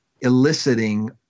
eliciting